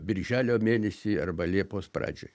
birželio mėnesį arba liepos pradžioj